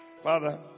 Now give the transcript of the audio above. Father